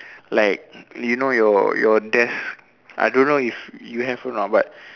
like you know your your desk I don't know if you have or not but